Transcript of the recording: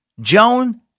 Joan